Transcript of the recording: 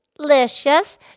delicious